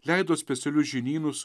leido specialius žinynus